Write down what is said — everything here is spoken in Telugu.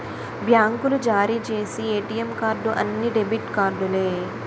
బ్యాంకులు జారీ చేసి ఏటీఎం కార్డు అన్ని డెబిట్ కార్డులే